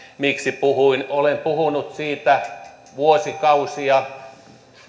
miksi puhuin olen puhunut siitä vuosikausia